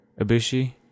Ibushi